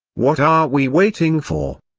what are we waiting for?